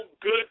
Good